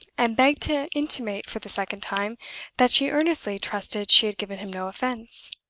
and begged to intimate for the second time that she earnestly trusted she had given him no offense.